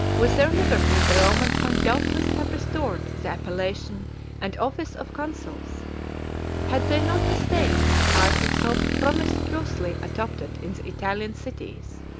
with their liberty the romans might doubtless have restored the appellation and office of consuls had they not disdained a title so promiscuously adopted in the italian cities,